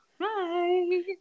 hi